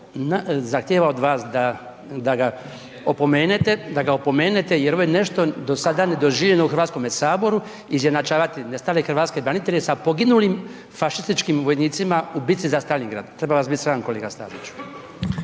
zahtijeva od vas da ga opomenete, da ga opomenete jer ovo je nešto do sada nedoživljeno u Hrvatskome saboru, izjednačavati nestale Hrvatske branitelje sa poginulim fašističkim vojnicima u bici za Staljingrad. Treba vas biti sram kolega Staziću.